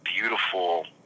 beautiful